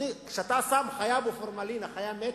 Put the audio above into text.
כשאתה שם חיה בפורמלין, החיה מתה.